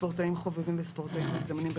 ספורטאים חובבים וספורטאים מזדמנים,